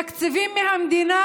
תקציבים מהמדינה,